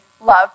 love